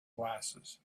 glasses